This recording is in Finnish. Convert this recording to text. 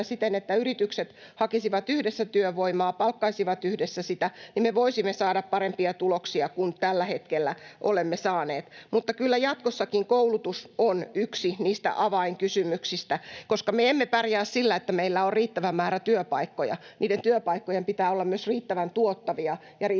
siten, että yritykset hakisivat yhdessä työvoimaa, palkkaisivat yhdessä sitä, me voisimme saada parempia tuloksia kuin tällä hetkellä olemme saaneet. Mutta kyllä jatkossakin koulutus on yksi niistä avainkysymyksistä, koska me emme pärjää sillä, että meillä on riittävä määrä työpaikkoja, niiden työpaikkojen pitää olla myös riittävän tuottavia ja riittävän